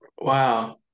Wow